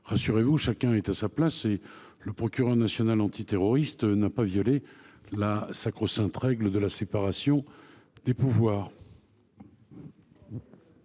la sénatrice : chacun est à sa place et le procureur national antiterroriste n’a pas violé la sacro sainte règle de la séparation des pouvoirs.